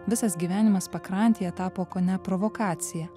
visas gyvenimas pakrantėje tapo kone provokacija